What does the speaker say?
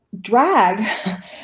drag